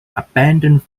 abandoned